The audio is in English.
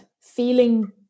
feeling